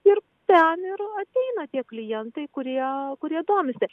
ir ten ir ateina tie klientai kurie kurie domisi